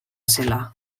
zela